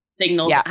signals